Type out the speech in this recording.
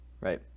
right